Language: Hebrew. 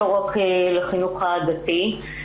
לא רק לחינוך הדתי,